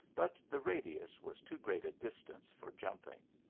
but the radius was too great a distance for jumping.